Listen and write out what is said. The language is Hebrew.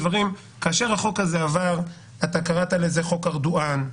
כאשר החוק הזה עבר קראת לו חוק ארדואן,